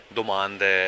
domande